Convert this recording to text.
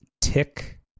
tick